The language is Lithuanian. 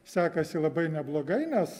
sekasi labai neblogai nes